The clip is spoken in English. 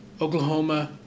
Oklahoma